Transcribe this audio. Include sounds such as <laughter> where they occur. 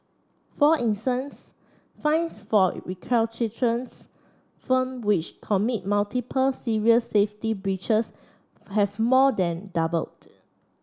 for instance fines for <unintelligible> firm which commit multiple serious safety breaches have more than doubled